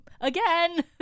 again